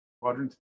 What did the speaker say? quadrant